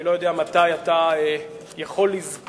אני לא יודע מתי אתה יכול לזכור,